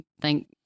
thank